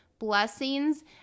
blessings